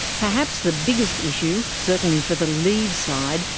perhaps the biggest issue, certainly for the leave side,